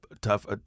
tough